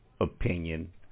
opinion